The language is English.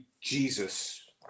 Jesus